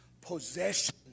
possession